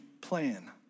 plan